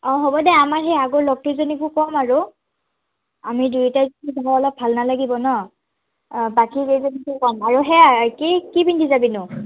অ' হ'ব দে আমাৰ সেই আগৰ লগ কিজনীকো ক'ম আৰু আমি দুইটাই গৈ অলপ ভাল নালাগিব ন বাকী কেইজনীকো ক'ম আৰু সেয়াই কি কি পিন্ধি যাবি নো